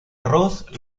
arroz